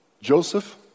Joseph